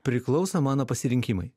priklauso mano pasirinkimai